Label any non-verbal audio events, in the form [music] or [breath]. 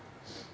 [breath]